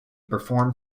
performed